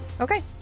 Okay